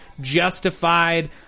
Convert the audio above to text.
Justified